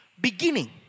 beginning